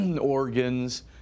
organs